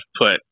put